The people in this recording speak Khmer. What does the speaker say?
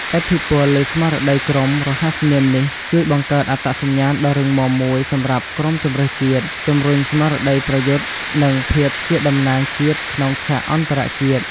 ឥទ្ធិពលលើស្មារតីក្រុម រហស្សនាមនេះជួយបង្កើតអត្តសញ្ញាណដ៏រឹងមាំមួយសម្រាប់ក្រុមជម្រើសជាតិ ជំរុញស្មារតីប្រយុទ្ធ និងភាពជាតំណាងជាតិក្នុងឆាកអន្តរជាតិ។